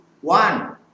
one